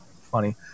Funny